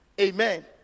Amen